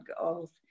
goals